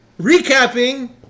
Recapping